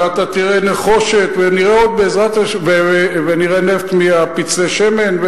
ואתה תראה נחושת ונראה נפט מפצלי השמן,